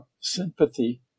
sympathy